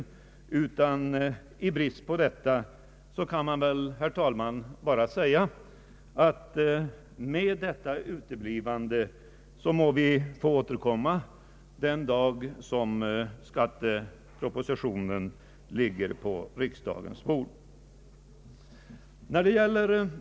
I brist på sådan upplysning kan det väl, herr talman, bara sägas att vi må återkomma den dag som skattepropositionen ligger på riksdagens bord.